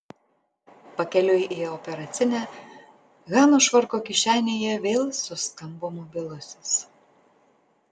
pakeliui į operacinę hanos švarko kišenėje vėl suskambo mobilusis